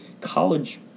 college